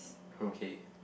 okay